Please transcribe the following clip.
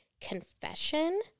confession